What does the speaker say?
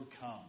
come